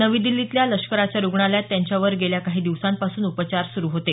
नवी दिल्लीतल्या लष्कराच्या रुग्णालयात त्यांच्यावर गेल्या काही दिवसांपासून उपचार सुरु होते